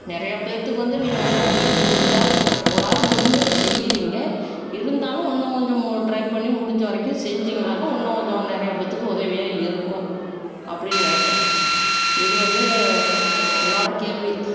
நிறையா பேத்துக்கு வந்து நீங்கள் ஒன்றும் உதவி முடிஞ்சால் உங்களால் முடிஞ்சதை செய்கிறீங்க இருந்தாலும் இன்னும் கொஞ்சம் ட்ரை பண்ணி முடிஞ்ச வரைக்கும் செஞ்சிங்கனாக்க இன்னும் கொஞ்சம் நிறையா பேத்துக்கு உதவியாக இருக்கும் அப்படின் நினைப்பேன் இது வந்து என்னோடய கேள்வி